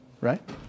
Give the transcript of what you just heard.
right